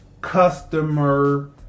customer